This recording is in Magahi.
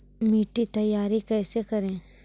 मिट्टी तैयारी कैसे करें?